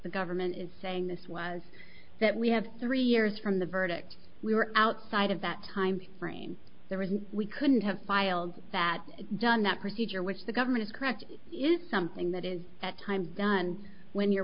the government is saying this was that we have three years from the verdict we were outside of that time frame the reason we couldn't have filed that done that procedure which the government is correct is something that is that time done when you're